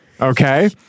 Okay